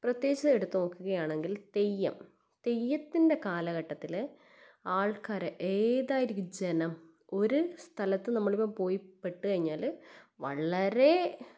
പ്രത്യേകിച്ച് എടുത്ത് നോക്കുകയാണെങ്കിൽ തെയ്യം തെയ്യത്തിൻ്റെ കാലഘട്ടത്തില് ആൾക്കാരെ ഏതായിരിക്കും ജനം ഒരു സ്ഥലത്ത് നമ്മളിപ്പം പോയി പെട്ട് കഴിഞ്ഞാല് വളരെ